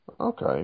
Okay